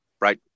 Right